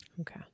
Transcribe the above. Okay